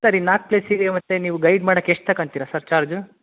ಸರಿ ನಾಲ್ಕು ಪ್ಲೇಸಿಗೆ ಮತ್ತೆ ನೀವು ಗೈಡ್ ಮಾಡೋಕ್ಕೆ ಎಷ್ಟು ತಕಂತೀರ ಸರ್ ಚಾರ್ಜು